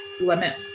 limit